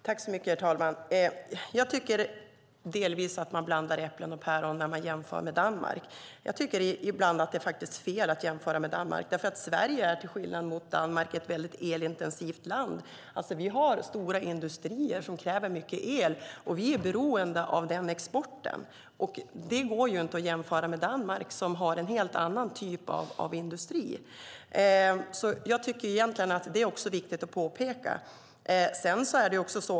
Herr talman! Jag tycker att man delvis blandar äpplen och päron när man jämför med Danmark. Jag tycker ibland att det faktiskt är fel att jämföra med Danmark. Sverige är till skillnad mot Danmark ett väldigt elintensivt land. Vi har stora industrier som kräver mycket el, och vi är beroende av den exporten. Det går inte att jämföra med Danmark som har en helt annan typ av industri. Jag tycker att det också är viktigt att påpeka.